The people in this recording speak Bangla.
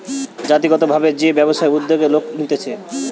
জাতিগত ভাবে যে ব্যবসায়ের উদ্যোগ লোক নিতেছে